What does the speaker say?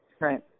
right